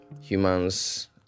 humans